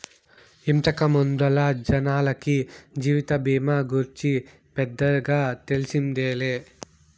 ఇంతకు ముందల జనాలకి జీవిత బీమా గూర్చి పెద్దగా తెల్సిందేలే